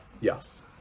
Yes